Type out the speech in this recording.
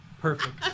Perfect